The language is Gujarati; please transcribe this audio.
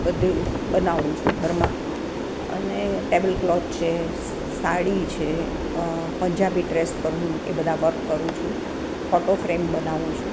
બધી બનાવું છું ઘરમાં અને ટેબલ ક્લોથ છે સાડી છે પંજાબી ડ્રેસ પર હું એ બધા વર્ક કરું છું ફોટોફ્રેમ બનાવું છું